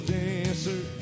dancer